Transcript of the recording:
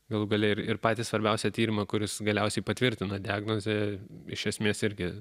galų gale ir patį svarbiausią tyrimą kuris galiausiai patvirtino diagnozę iš esmės irgi